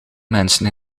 mensen